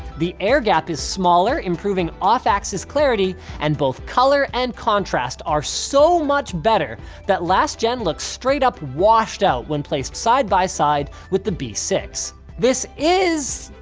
the air gap is smaller improving off-axis clarity, and both color and contrast are so much better that last gen looks straight-up washed out when placed side by side with the b six this is.